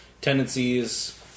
tendencies